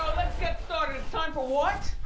um let's get started. it's time for what?